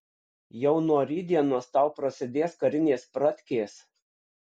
jau nuo rytdienos tau prasidės karinės pratkės